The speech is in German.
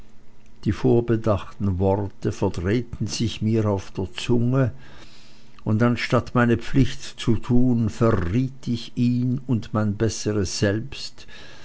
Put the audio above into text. die vorbedachten worte verdrehten sich mir auf der zunge und anstatt meine pflicht zu tun verriet ich ihn und mein besseres selbst